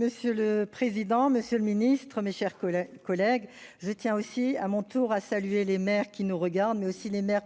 Monsieur le président, monsieur le ministre, mes chers collègues, je tiens à mon tour à saluer les maires qui nous regardent, mais aussi les maires